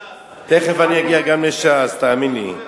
תיכף אני אגיע גם לש"ס, תאמין לי.